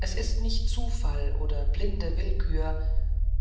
es ist nicht zufall oder blinde willkür